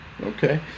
Okay